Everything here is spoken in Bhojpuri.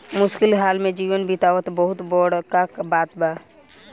मुश्किल हाल में जीवन बीतावल बहुत बड़का बात बा